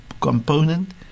component